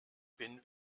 bin